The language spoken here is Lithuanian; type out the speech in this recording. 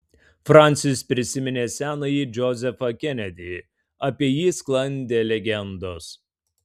fransis prisiminė senąjį džozefą kenedį apie jį sklandė legendos